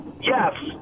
yes